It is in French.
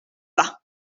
pas